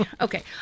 Okay